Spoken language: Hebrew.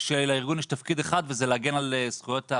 שלארגון יש תפקיד אחד וזה להגן על זכויות הפרט.